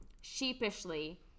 sheepishly